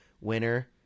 winner